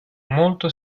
molto